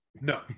No